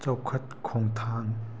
ꯆꯥꯎꯈꯠ ꯈꯣꯡꯊꯥꯡ